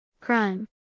Crime